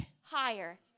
higher